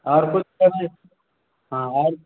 आओर किछु तौल दय छी हँ आर